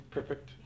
perfect